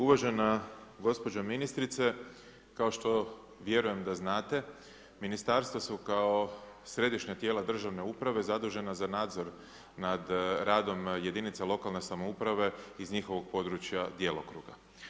Uvažena gospođo ministrice, kao što vjerujem da znate, ministarstva su kao središnja tijela državne uprave, zadužena za nadzor, nad radom jedinice lokalne samouprave iz njihovog područja djelokruga.